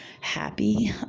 happy